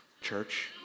church